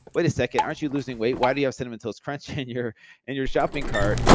wait a second, aren't you losing weight? why do you have cinnamon toast crunch in your and your shopping cart?